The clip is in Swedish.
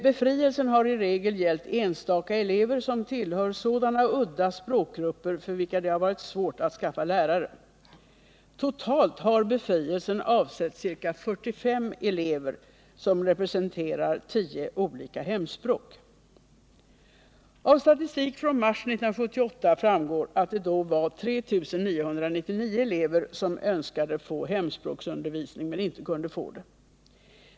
Befrielsen har i regel gällt enstaka elever som tillhör sådana udda språkgrupper, för vilka det har varit svårt att skaffa lärare. Totalt har befrielsen avsett ca 45 elever som representerar tio olika hemspråk. Av statistik från mars 1978 framgår att det då var 3 999 elever som önskade få hemspråksundervisning men inte kunde få det.